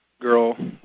girl